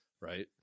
right